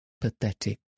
pathetic